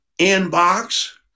inbox